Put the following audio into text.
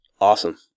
awesome